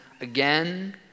again